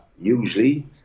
usually